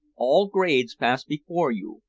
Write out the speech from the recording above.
all grades pass before you,